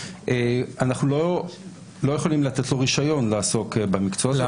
אנחנו לא יכולים לתת לו רישיון לעסוק במקצוע הזה.